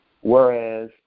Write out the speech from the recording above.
whereas